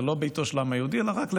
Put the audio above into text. זה לא ביתו של העם היהודי אלא רק של